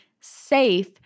safe